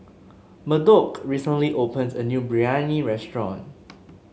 Murdock recently opened a new Biryani restaurant